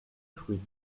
fruits